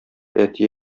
әти